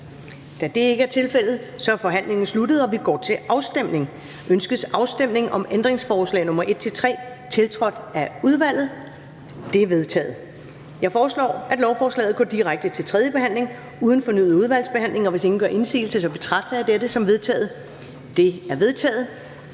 Da det ikke er tilfældet, er forhandlingen sluttet, og vi går til afstemning. Kl. 14:43 Afstemning Første næstformand (Karen Ellemann): Ønskes afstemning om ændringsforslag nr. 1-3, tiltrådt af udvalget? De er vedtaget. Så foreslår jeg, at lovforslaget går direkte til tredje behandling uden fornyet udvalgsbehandling. Og hvis ingen gør indsigelse, betragter jeg det som vedtaget. Det er vedtaget.